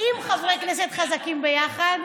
עם חברי כנסת חזקים ביחד,